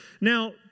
Now